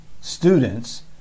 students